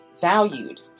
valued